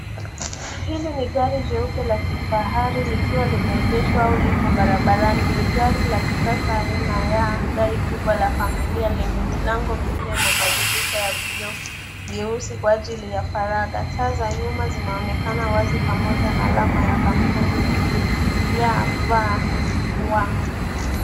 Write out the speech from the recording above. Hili ni gari jeupe la kifahari likiwa limeegeshwa au lipo barabarani. Ni gari la kisasa aina ya gari kubwa la familia lenye milango minne na madirisha ya vioo vyeusi kwa ajili ya faragha. Taa za nyuma zinaonekana wazi pamoja na alama ya kampuni Y F W.